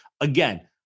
Again